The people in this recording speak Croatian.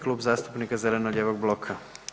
Klub zastupnika zeleno-lijevog bloka.